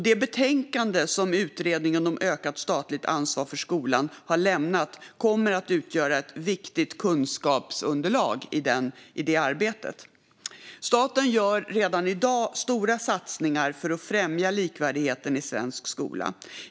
Det betänkande som Utredningen om ökat statligt ansvar för skolan har lämnat kommer att utgöra ett viktigt kunskapsunderlag i det arbetet. Staten gör redan i dag stora satsningar för att främja likvärdigheten i svensk skola.